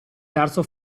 terzo